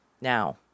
now